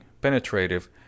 penetrative